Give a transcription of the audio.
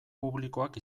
publikoak